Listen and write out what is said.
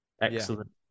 excellent